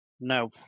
no